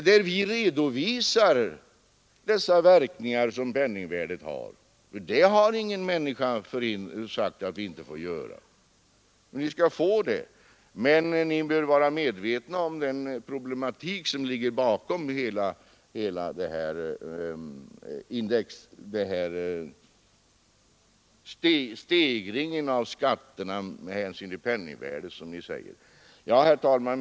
Där redovisar vi nämligen de verkningar som penningvärdets förändringar har — det har ingen människa sagt att vi inte får göra. Ni skall alltså få en redogörelse, men ni bör vara medvetna om den problematik som ligger bakom hela denna stegring av skatterna med hänsyn till penningvärdet, som ni säger. Herr talman!